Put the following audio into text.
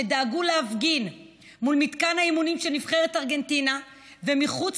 שדאגו להפגין מול מתקן האימונים של נבחרת ארגנטינה ומחוץ